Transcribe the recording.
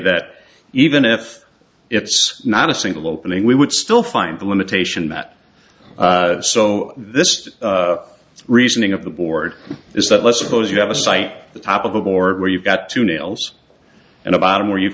that even if it's not a single opening we would still find the limitation that so this reasoning of the board is that let's suppose you have a site the top of a board where you've got two nails and a bottom where you've